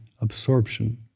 absorption